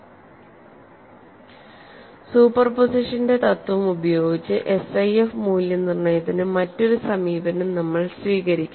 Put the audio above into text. SIF by method of superposition സൂപ്പർപോസിഷന്റെ തത്വം ഉപയോഗിച്ച് SIF മൂല്യനിർണ്ണയത്തിന് മറ്റൊരു സമീപനം നമ്മൾ സ്വീകരിക്കും